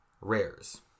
rares